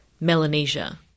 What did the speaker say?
Melanesia